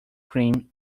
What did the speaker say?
cream